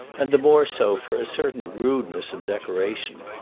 and the more so for a certain rudeness of decoration.